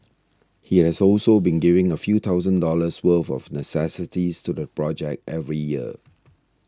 he has also been giving a few thousand dollars worth of necessities to the project every year